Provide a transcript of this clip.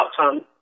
outcome